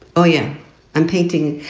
oh, yeah i'm painting.